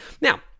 Now